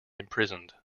imprisoned